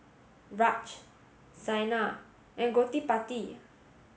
Raj Saina and Gottipati